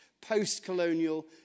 post-colonial